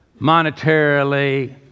monetarily